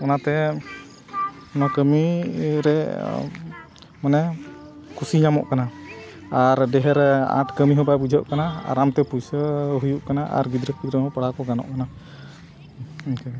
ᱚᱱᱟᱛᱮ ᱚᱱᱟ ᱠᱟᱹᱢᱤᱨᱮ ᱢᱟᱱᱮ ᱠᱩᱥᱤ ᱧᱟᱢᱚᱜ ᱠᱟᱱᱟ ᱟᱨ ᱰᱷᱮᱨ ᱟᱸᱴ ᱠᱟᱹᱢᱤ ᱦᱚᱸ ᱵᱟᱭ ᱵᱩᱡᱷᱟᱹᱜ ᱠᱟᱱᱟ ᱟᱨᱟᱢ ᱛᱮ ᱯᱚᱭᱥᱟ ᱦᱩᱭᱩᱜ ᱠᱟᱱᱟ ᱟᱨ ᱜᱤᱫᱽᱨᱟᱹ ᱯᱤᱫᱽᱨᱟᱹ ᱦᱚᱸ ᱯᱟᱲᱟᱣ ᱠᱚ ᱜᱟᱱᱚᱜ ᱠᱟᱱᱟ ᱤᱱᱠᱟᱹ